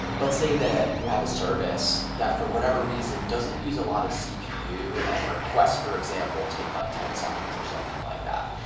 let's say that you have a service that, for whatever reason, doesn't use a lot of cpu and requests, for example, take like ten seconds or something like that.